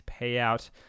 payout